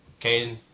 Caden